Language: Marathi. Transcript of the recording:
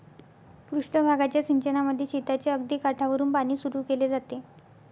पृष्ठ भागाच्या सिंचनामध्ये शेताच्या अगदी काठावरुन पाणी सुरू केले जाते